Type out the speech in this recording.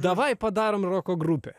davai padarom roko grupę